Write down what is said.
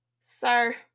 sir